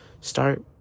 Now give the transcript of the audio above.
Start